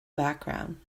background